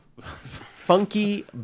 Funky